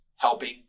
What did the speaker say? helping